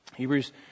Hebrews